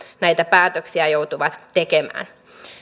näitä päätöksiä joutuvat tekemään